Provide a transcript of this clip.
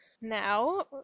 Now